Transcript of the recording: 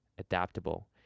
adaptable